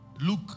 Luke